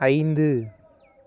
ஐந்து